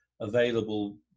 available